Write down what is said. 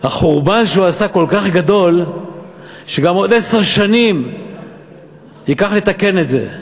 החורבן שהוא עשה כל כך גדול שעוד עשר שנים ייקח לתקן את זה.